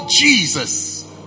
Jesus